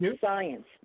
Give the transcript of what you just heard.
Science